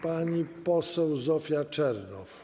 Pani poseł Zofia Czernow.